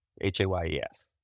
H-A-Y-E-S